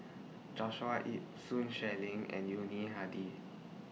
Joshua Ip Sun Xueling and Yuni Hadi